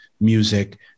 music